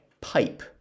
Pipe